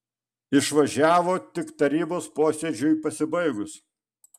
išvažiavo tik tarybos posėdžiui pasibaigus